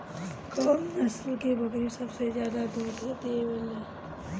कौन नस्ल की बकरी सबसे ज्यादा दूध देवेले?